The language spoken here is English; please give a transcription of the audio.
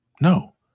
No